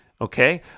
Okay